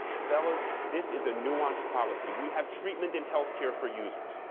fellas, this is a nuanced policy. we have treatment and health care for users.